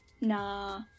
nah